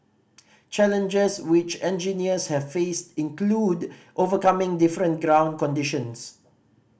challenges which engineers have faced include overcoming different ground conditions